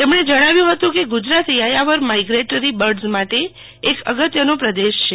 તેમણે જણાવ્યુ હતું કે ગુજરાત યાયાવર માઇગ્રેટરી બડર્ઝ માટે એક અગત્યનો પ્રદેશ છે